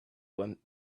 went